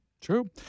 True